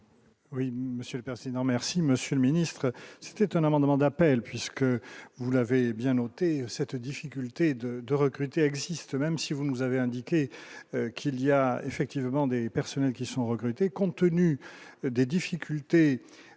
Oui monsieur pertinent, merci monsieur le ministre, c'est un amendement d'appel puisque vous l'avez bien noté cette difficulté de de recruter existe, même si vous nous avez indiqué qu'il y a effectivement des personnels qui sont recrutés, compte tenu des difficultés